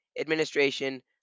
administration